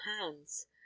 hands